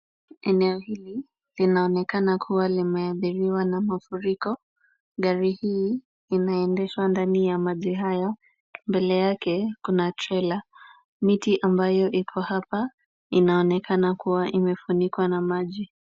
Eneo hili inaonekana kuwa limeadhiriwa na mafuriko. Gari hii inaendeshwa ndani ya maji haya. Mbele yake kuna trela. Miti ambayo iko hapa inaonekana kuwa imefunikwa na maji.